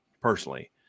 Personally